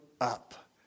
up